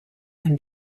him